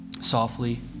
softly